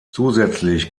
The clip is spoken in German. zusätzlich